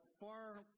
far